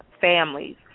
families